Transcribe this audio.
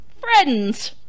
friends